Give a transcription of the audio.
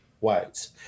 ways